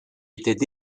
étaient